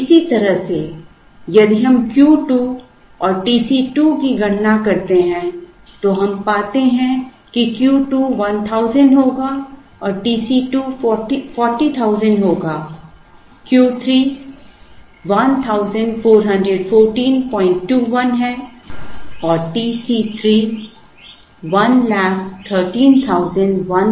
इसी तरह से यदि हम Q2 और T c 2 की गणना करते हैं तो हम पाते हैं कि Q2 1000 होगा और TC 2 40000 होगा Q 3 141421 है और TC 3 11313708 है